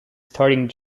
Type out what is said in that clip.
starting